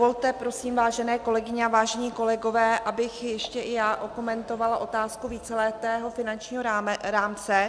Dovolte prosím, vážené kolegyně a vážení kolegové, abych ještě i já okomentovala otázku víceletého finančního rámce.